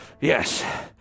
yes